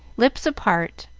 lips apart,